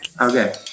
okay